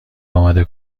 آماده